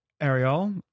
Ariel